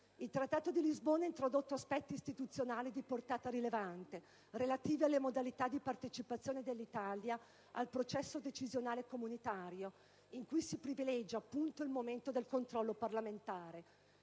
Il Trattato di Lisbona ha introdotto aspetti istituzionali di portata rilevante, relativi alle modalità di partecipazione dell'Italia al processo decisionale comunitario, in cui si privilegia, appunto, il momento del controllo parlamentare.